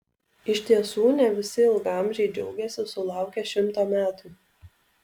iš tiesų ne visi ilgaamžiai džiaugiasi sulaukę šimto metų